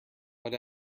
but